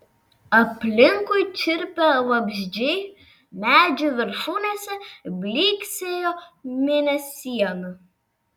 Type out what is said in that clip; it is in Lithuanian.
aplinkui čirpė vabzdžiai medžių viršūnėse blyksėjo mėnesiena